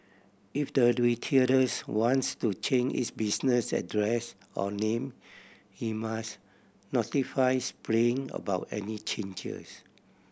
if the retailers wants to change its business address or name he must notify Spring about any changes